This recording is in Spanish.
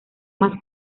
más